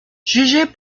jugées